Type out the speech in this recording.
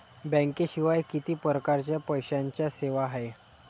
बँकेशिवाय किती परकारच्या पैशांच्या सेवा हाय?